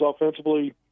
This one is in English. offensively